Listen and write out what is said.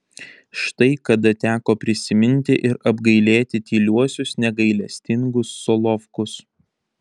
štai kada teko prisiminti ir apgailėti tyliuosius negailestingus solovkus